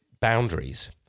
boundaries